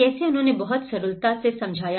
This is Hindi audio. कैसे उन्होंने बहुत सरलता से समझाया